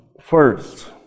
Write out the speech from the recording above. first